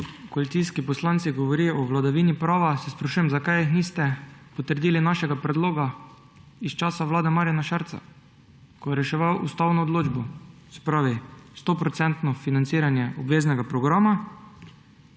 da koalicijski poslanci govorijo o vladavini prava, se sprašujem, zakaj niste potrdili našega predloga, iz časa vlade Marjana Šarca, ko je reševal ustavno odločbo, se pravi 100-procentno financiranje obveznega programa,